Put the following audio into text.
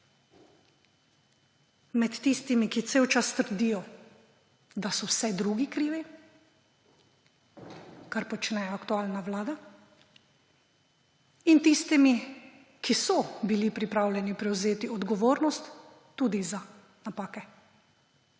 med tistimi, ki ves čas trdijo, da so za vse drugi krivi, kar počne aktualna vlada, in tistimi, ki so bili pripravljeni prevzeti odgovornost tudi za napake.